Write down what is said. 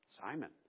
Simon